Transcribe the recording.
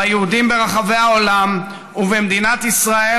ביהודים ברחבי העולם ובמדינת ישראל,